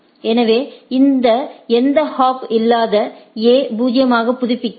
எனவே இது எந்த ஹாப் இல்லாத A 0 ஆக புதுப்பிக்கிறது